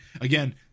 again